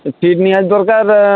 ସିଟ୍ଟି ନିହାତି ଦରକାର